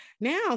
Now